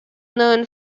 known